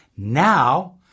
Now